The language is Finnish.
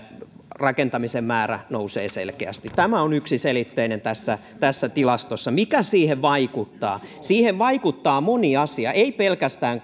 rakentamisen määrä nousee selkeästi tämä on yksiselitteinen tässä tässä tilastossa mikä siihen vaikuttaa siihen vaikuttaa moni asia ei pelkästään